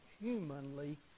humanly